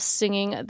singing